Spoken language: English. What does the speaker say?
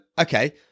okay